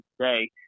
today